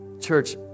Church